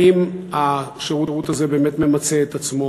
האם השירות הזה באמת ממצה את עצמו?